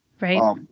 Right